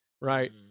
Right